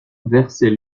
versait